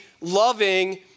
loving